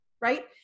right